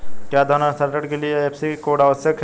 क्या धन हस्तांतरण के लिए आई.एफ.एस.सी कोड आवश्यक है?